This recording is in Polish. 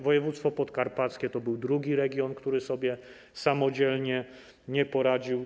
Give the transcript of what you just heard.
Województwo podkarpackie było drugim regionem, który sobie samodzielnie nie poradził.